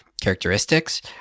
characteristics